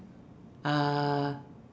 uh